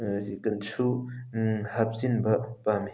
ꯁꯨ ꯍꯥꯞꯆꯤꯟꯕ ꯄꯥꯝꯃꯤ